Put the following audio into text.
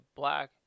black